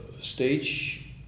stage